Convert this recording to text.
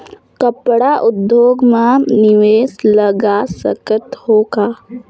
कपड़ा उद्योग म निवेश लगा सकत हो का?